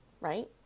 right